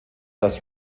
das